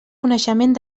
coneixement